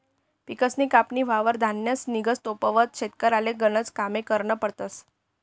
पिकसनी कापनी व्हवावर धान्य निंघस तोपावत शेतकरीले गनज कामे करना पडतस